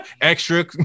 Extra